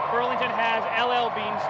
burlington has l l. bean